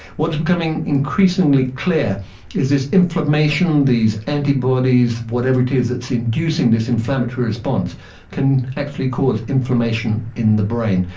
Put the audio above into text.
what is becoming increasingly clear is this inflammation, these antibodies, whatever it is that's inducing this inflammatory response can actually cause inflammation in the brain,